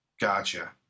Gotcha